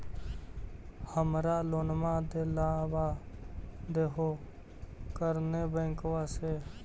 हमरा लोनवा देलवा देहो करने बैंकवा से?